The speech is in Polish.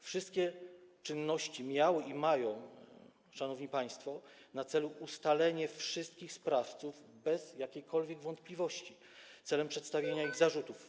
Wszystkie czynności miały i mają, szanowni państwo, na celu ustalenie wszystkich sprawców bez jakiejkolwiek wątpliwości celem przedstawienia im zarzutów.